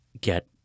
get